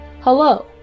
Hello